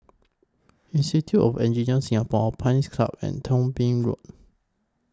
Institute of Engineers Singapore Pines Club and Thong Bee Road